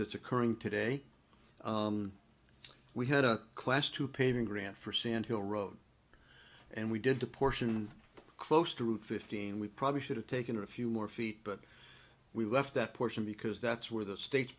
it's occurring today we had a class to painting grant for sand hill road and we did the portion close to route fifteen we probably should have taken a few more feet but we left that portion because that's where the state